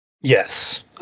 Yes